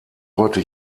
heute